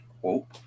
Whoa